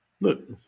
Look